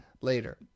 later